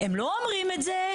הם לא אומרים את זה,